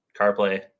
carplay